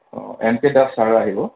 অঁ N K Das sir আহিব